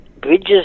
Bridges